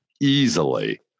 easily